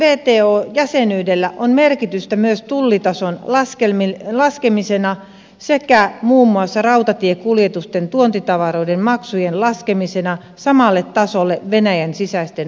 venäjän wto jäsenyydellä on merkitystä myös tullitason laskemisena sekä muun muassa rautatiekuljetusten tuontitavaroiden maksujen laskemisena samalle tasolle venäjän sisäisten maksujen kanssa